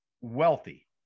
wealthy